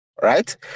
Right